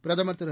பிரதமர் திரு